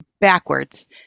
backwards